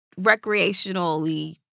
recreationally